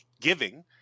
giving